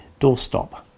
doorstop